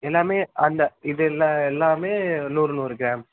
எல்லாமே அந்த இதில் எல்லாமே நூறு நூறு கிராம்